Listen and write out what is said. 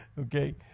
Okay